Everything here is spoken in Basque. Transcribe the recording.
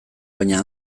baina